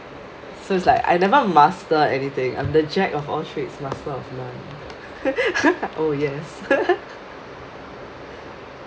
so it's like I never master anything I am the jack of all trades master of none oh yes